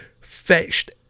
fetched